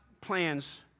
plans